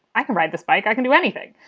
i can ride this bike, i can do anything.